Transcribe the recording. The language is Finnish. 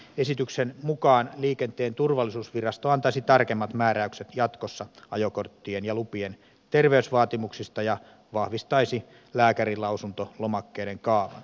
esityksen mukaan liikenteen turvallisuusvirasto antaisi tarkemmat määräykset jatkossa ajokorttien ja lupien terveysvaatimuksista ja vahvistaisi lääkärinlausuntolomakkeiden kaavan